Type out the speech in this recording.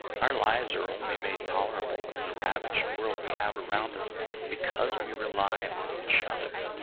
our lives are only made tolerable in the ravaged world we have around us because we rely on each other